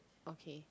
okay